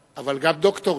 אבל גם דוקטורים.